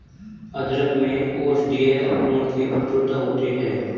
अदरक में औषधीय गुणों की प्रचुरता होती है